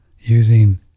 using